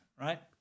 right